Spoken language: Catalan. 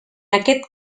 aquest